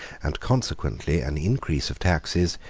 and consequently an increase of taxes,